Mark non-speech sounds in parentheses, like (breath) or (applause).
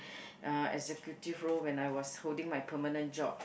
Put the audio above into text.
(breath) executive role when I was holding my permanent job